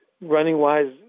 Running-wise